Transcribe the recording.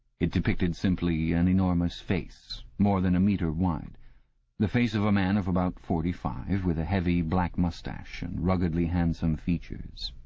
it depicted simply an enormous face, more than a metre wide the face of a man of about forty-five, with a heavy black moustache and ruggedly handsome features.